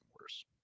worse